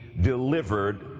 delivered